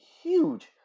huge